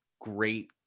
great